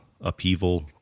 upheaval